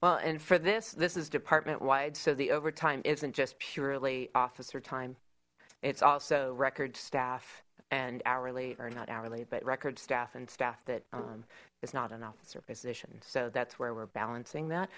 well and for this this is department wide so the overtime isn't just purely officer time it's also record staff and hourly or not hourly but records staff and staff that is not an officer position so that's where we're balancing that